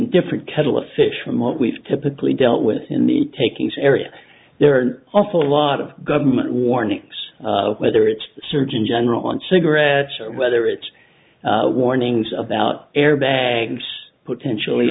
different kettle of fish from what we've typically dealt with in the takings area there are an awful lot of government warnings whether it's the surgeon general on cigarette whether it's warnings about airbags potentially